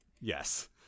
Yes